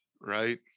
right